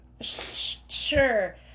Sure